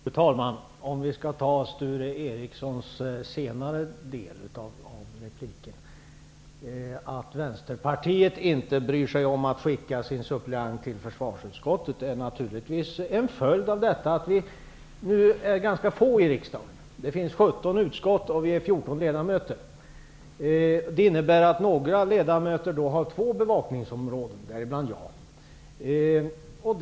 Fru talman! Låt mig börja med den senare delen av Sture Ericsons replik. Att Vänsterpartiet inte bryr sig om att skicka sin suppleant till försvarsutskottet är naturligtvis en följd av att vi nu är ganska få i riksdagen. Det finns 17 utskott, och vi är 14 ledamöter. Det innebär att några ledamöter har två bevakningsområden, däribland jag.